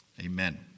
Amen